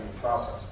process